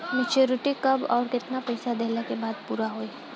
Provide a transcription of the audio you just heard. Maturity कब आउर केतना पईसा देहला के बाद पूरा होई?